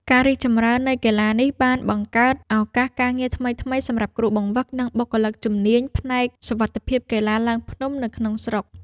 ការរីកចម្រើននៃកីឡានេះ បានបង្កើតឱកាសការងារថ្មីៗសម្រាប់គ្រូបង្វឹក និងបុគ្គលិកជំនាញផ្នែកសុវត្ថិភាពកីឡាឡើងភ្នំនៅក្នុងស្រុក។